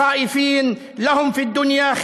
ואצים להחריבם.